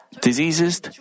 diseases